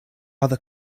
other